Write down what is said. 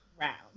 round